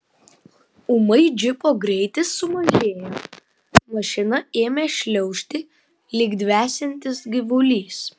ūmai džipo greitis sumažėjo mašina ėmė šliaužti lyg dvesiantis gyvulys